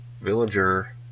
villager